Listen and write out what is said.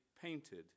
Painted